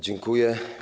Dziękuję.